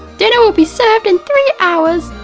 dinner will be served in three hours.